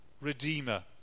redeemer